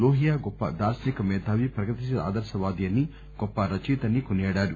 లోహియా గొప్ప దార్శనిక మేధావి ప్రగతిశీల ఆదర్శవాది అని గొప్ప రచయితని కొనియాడారు